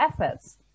efforts